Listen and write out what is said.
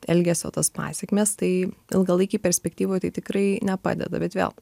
elgesio tas pasekmes tai ilgalaikėj perspektyvoj tai tikrai nepadeda bet vėl